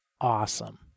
awesome